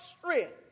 strength